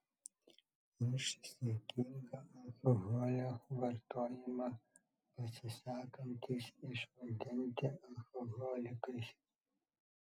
už saikingą alkoholio vartojimą pasisakantys išvadinti alkoholikais